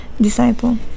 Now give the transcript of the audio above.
disciple